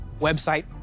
Website